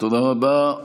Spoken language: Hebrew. תודה רבה.